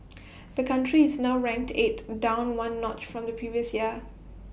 the country is now ranked eighth down one notch from the previous year